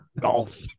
golf